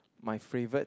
my favourite